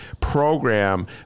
program